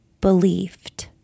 believed